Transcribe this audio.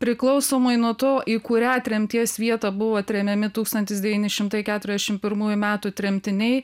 priklausomai nuo to į kurią tremties vietą buvo tremiami tūkstantis devyni šimtai keturiasdešim pirmųjų metų tremtiniai